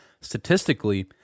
statistically